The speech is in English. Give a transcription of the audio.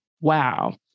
wow